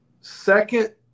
Second